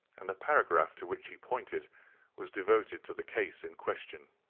and the paragraph to which he pointed was devoted to the case in question.